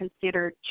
considered